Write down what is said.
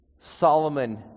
Solomon